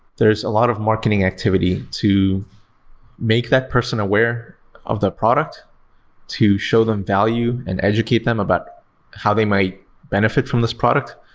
there's a lot of marketing activity to make that person aware of the product to show them value and educate them about how they might benefit from this product.